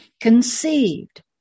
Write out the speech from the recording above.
Conceived